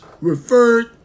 referred